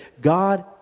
God